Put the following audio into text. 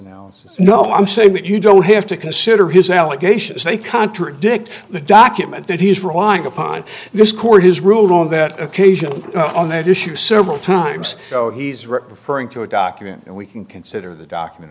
no no i'm saying that you don't have to consider his allegations they contradict the document that he's relying upon this court has ruled on that occasion on that issue several times oh he's referring to a document and we can consider the document